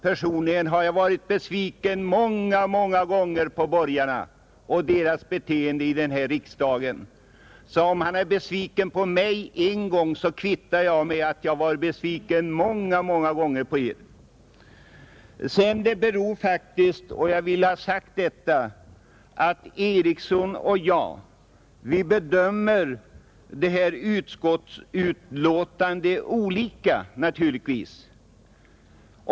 Personligen har jag många, många gånger varit besviken på borgarna och deras beteende här i riksdagen. Om herr Eriksson i Arvika blir besviken på mig en gång, kvittar jag det med att jag många gånger varit besviken på er. Herr Eriksson och jag bedömer naturligtvis detta betänkande olika.